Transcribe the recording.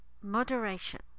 moderation